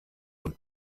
und